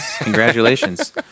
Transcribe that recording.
Congratulations